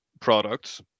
products